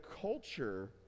culture